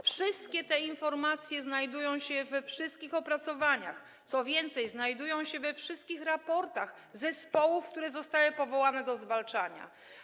Wszystkie te informacje znajdują się we wszystkich opracowaniach, co więcej, znajdują się we wszystkich raportach zespołów, które zostały powołane do zwalczania.